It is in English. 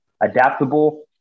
adaptable